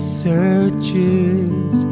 searches